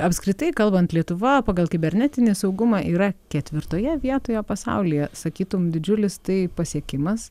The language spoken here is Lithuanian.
apskritai kalbant lietuva pagal kibernetinį saugumą yra ketvirtoje vietoje pasaulyje sakytum didžiulis tai pasiekimas